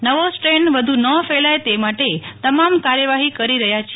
નવો સ્ટ્રેન વધુ ન ફેલાય તે માટે તમામ કાર્યવાહી કરી રહ્યા છીએ